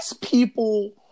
people